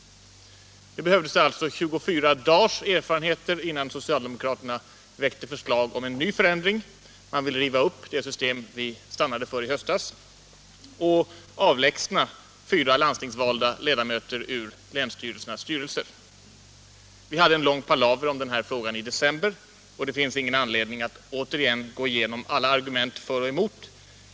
Det behövdes alltså 24 dagars erfarenheter innan socialdemokraterna väckte förslag om en ny förändring. Man vill nu riva upp det system vi stannade för i höstas och avlägsna fyra landstingsvalda ledamöter ur länsstyrelsernas styrelser. Vi hade en lång palaver om den här frågan i december, och det finns ingen anledning att åter gå igenom alla argument för och emot.